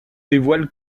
dévoile